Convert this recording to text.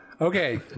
Okay